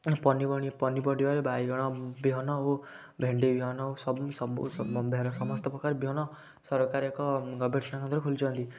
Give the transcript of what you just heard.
ପନିପରିବାରେ ବାଇଗଣ ବିହନ ଓ ଭେଣ୍ଡି ବିହନ ଓ ସବୁ ସବୁ ସମସ୍ତ ପ୍ରକାର ବିହନ ସରକାର ଏକ ଗବେଷଣା କେନ୍ଦ୍ର ଖୋଲିଛନ୍ତି